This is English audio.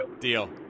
Deal